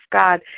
god